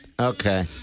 Okay